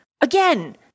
Again